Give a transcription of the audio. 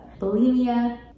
bulimia